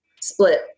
split